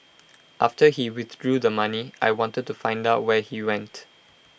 after he withdrew the money I wanted to find out where he went